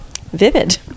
vivid